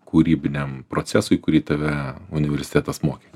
kūrybiniam procesui kurį tave universitetas mokė